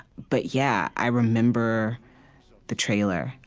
but yeah, i remember the trailer.